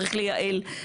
צריך לייעל,